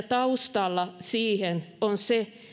taustalla siinä on se